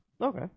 okay